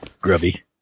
Grubby